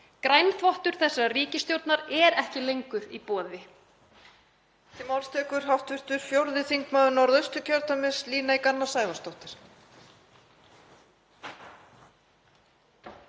Grænþvottur þessarar ríkisstjórnar er ekki lengur í boði.